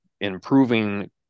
improving